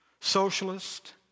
socialist